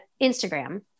Instagram